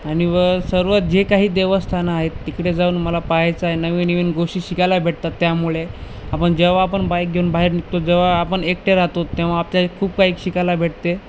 आणि व सर्व जे काही देवस्थानं आहेत तिकडे जाऊन मला पाहायचं आहे नवीन नवीन गोष्टी शिकायला भेटतात त्यामुळे आपण जेव्हा आपण बाईक घेऊन बाहेर निघतो जेव्हा आपण एकटे राहतो तेव्हा आपल्या खूप काही शिकायला भेटते